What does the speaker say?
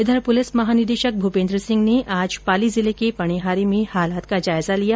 ether police महानिदेशक भूपेन्द्र सिंह ने आज पाली जिले के पणिहारी में हालात का जायजा लिया